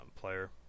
player